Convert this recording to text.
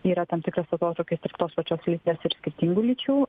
yra tam tikras atotrūkis tarp tos pačios lyties ir skirtingų lyčių